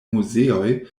muzeoj